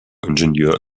ingenieur